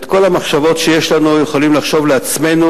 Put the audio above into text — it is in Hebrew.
את כל המחשבות שיש לנו אנחנו יכולים לחשוב לעצמנו,